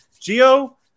Geo